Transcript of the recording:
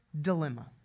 dilemma